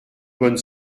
bonne